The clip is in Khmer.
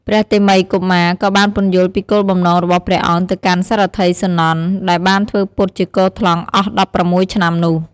ព្រះតេមិយកុមារក៏បានពន្យល់ពីគោលបំណងរបស់ព្រះអង្គទៅកាន់សារថីសុនន្ទដែលបានធ្វើពុតជាគថ្លង់អស់ ១៦ ឆ្នាំនោះ។